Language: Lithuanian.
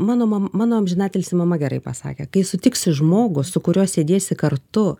mano mam mano amžinatilsi mama gerai pasakė kai sutiksi žmogų su kuriuo sėdėsi kartu